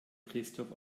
christoph